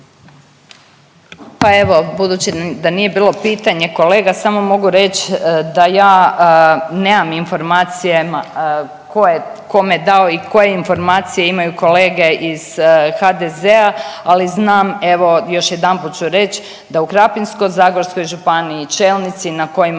Pa evo budući da nije bilo pitanje kolega samo mogu reći da ja nemam informacije tko je kome dao i koje informacije imaju kolege iz HDZ-a, ali znam evo još jedanput ću reć da u Krapinsko-zagorskoj županiji čelnici na kojima